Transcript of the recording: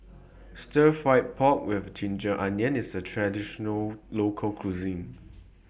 Stir Fry Pork with Ginger Onions IS A Traditional Local Cuisine